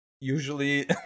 usually